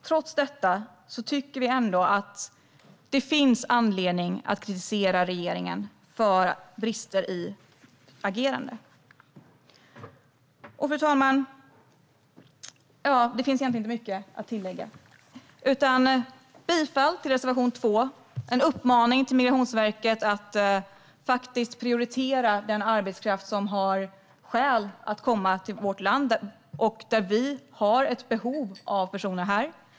Trots detta finns det anledning att kritisera regeringen för brister i agerandet. Fru talman! Det finns egentligen inte mycket att tillägga. Jag yrkar bifall till reservation 2. Där finns en uppmaning till Migrationsverket att prioritera den arbetskraft som har skäl att komma till vårt land och där Sverige har ett behov av dessa personer här.